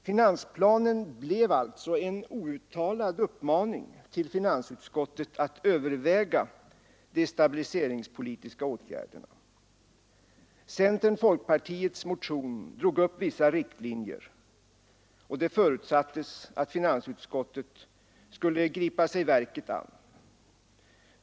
Finansplanen blev alltså en outtalad uppmaning till finansutskottet att överväga de stabiliseringspolitiska åtgärderna. Centerns och folkpartiets motion drog upp vissa riktlinjer, och det förutsattes att finansutskottet skulle gripa sig verket an.